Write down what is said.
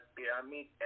Pyramid